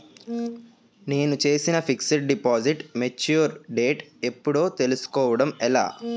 నేను చేసిన fixed deposit mature date ఎప్పుడో తెల్సుకోవడం ఎలా?